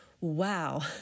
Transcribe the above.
Wow